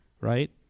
right